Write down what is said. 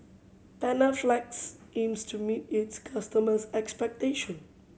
Panaflex aims to meet its customers' expectation